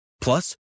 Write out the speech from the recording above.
Plus